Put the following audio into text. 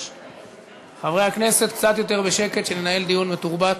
חברי הכנסת, קצת יותר בשקט, שננהל דיון מתורבת.